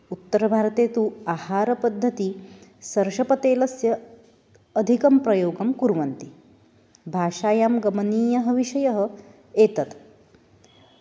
उत्तरभारते तु आहारपद्धतिः सर्षपतैलस्य अधिकं प्रयोगं कुर्वन्ति भाषायां गमनीयः विषयः एतत्